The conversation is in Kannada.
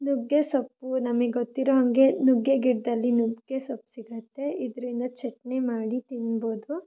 ನುಗ್ಗೆ ಸೊಪ್ಪು ನಮಗೆ ಗೊತ್ತಿರೋ ಹಾಗೆ ನುಗ್ಗೆ ಗಿಡದಲ್ಲಿ ನುಗ್ಗೆ ಸೊಪ್ಪು ಸಿಗುತ್ತೆ ಇದರಿಂದ ಚಟ್ನಿ ಮಾಡಿ ತಿನ್ಬೋದು